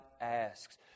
Asks